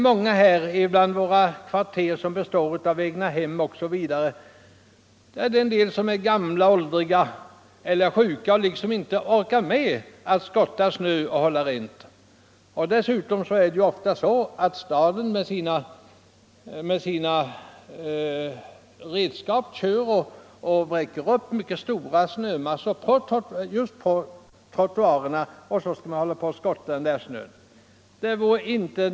I de kvarter som består av egnahem finns många åldringar eller sjuka, som inte orkar med att skotta snö och hålla rent på trottoarerna. Dessutom vräker snöplogarna upp mycket stora snömassor på trottoarerna. Sedan skall fastighetsägaren skotta bort det.